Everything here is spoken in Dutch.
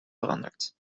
veranderd